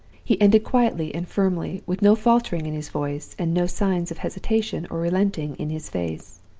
he ended quietly and firmly, with no faltering in his voice, and no signs of hesitation or relenting in his face.